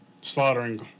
slaughtering